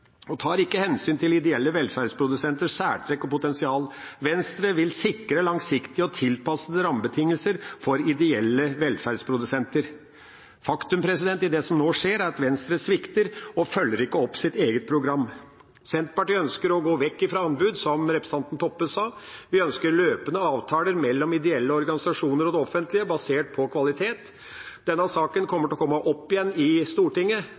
og tar ikke hensyn til ideelle velferdsprodusenters særtrekk og potensial. Venstre vil sikre langsiktige og tilpassede rammebetingelser for ideelle velferdsprodusenter.» Faktum i det som nå skjer, er at Venstre svikter og følger ikke opp sitt eget program. Senterpartiet ønsker å gå vekk fra anbud, som representanten Toppe sa. Vi ønsker løpende avtaler mellom ideelle organisasjoner og det offentlige, basert på kvalitet. Denne saken kommer til å komme opp igjen i Stortinget.